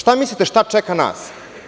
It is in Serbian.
Šta mislite, šta čeka nas?